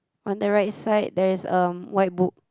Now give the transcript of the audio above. on the right side there is um white book